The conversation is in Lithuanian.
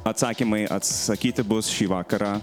atsakymai atsakyti bus šį vakarą